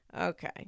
Okay